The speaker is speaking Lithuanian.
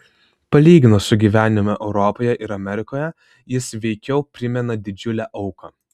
palyginus su gyvenimu europoje ir amerikoje jis veikiau primena didžiulę auką